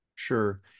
Sure